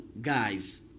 guys